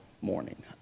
morning